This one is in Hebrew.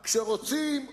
כשרוצים,